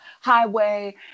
highway